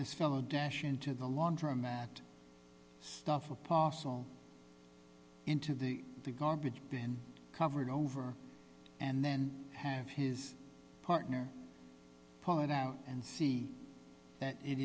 this fellow dash into the laundromat stuff apostle into the garbage bin covered over and then have his partner pull it out and see that it